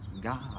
God